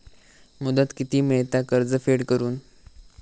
मुदत किती मेळता कर्ज फेड करून?